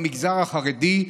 במגזר החרדי,